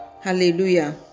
hallelujah